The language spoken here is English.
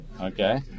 Okay